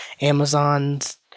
Amazon's